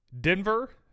Denver